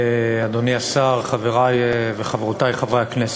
תודה רבה, אדוני השר, חברי וחברותי חברי הכנסת,